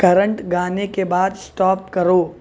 current گانے کے بعد اسٹاپ کرو